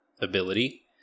ability